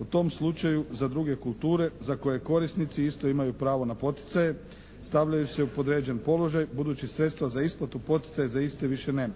U tom slučaju za druge kulture za koje korisnici isto imaju pravo na poticaje stavljaju se u podređen položaj budući sredstva za isplatu poticaja za iste više nema.